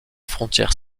frontière